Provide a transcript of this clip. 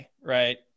right